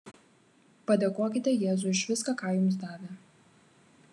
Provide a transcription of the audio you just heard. padėkokite jėzui už viską ką jums davė